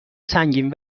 سنگین